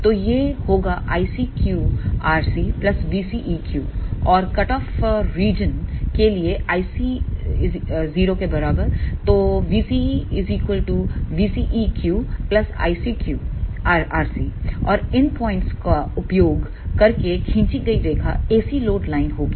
तो यह होगा और कटऑफ क्षेत्र के लिए iC 0 तो vCE V CEQ ICQ rc और इन पॉइंट्स का उपयोग करके खींची गई रेखा AC लोड लाइन होगी